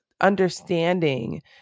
understanding